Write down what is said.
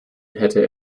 hätte